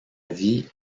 vie